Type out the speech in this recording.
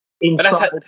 inside